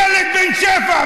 ילד בן שבע,